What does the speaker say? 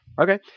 Okay